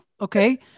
Okay